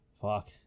fuck